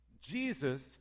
Jesus